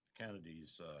Kennedys